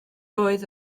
oedd